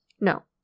No